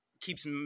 keeps